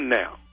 now